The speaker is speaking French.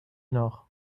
nord